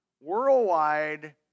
worldwide